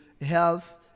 health